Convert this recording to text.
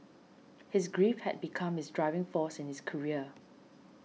his grief had become his driving force in his career